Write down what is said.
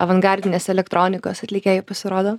avangardinės elektronikos atlikėjų pasirodo